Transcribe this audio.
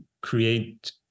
create